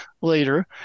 later